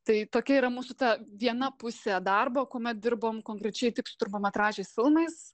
tai tokia yra mūsų ta viena pusė darbo kuomet dirbom konkrečiai tik su trumpametražiais filmais